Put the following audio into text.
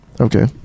Okay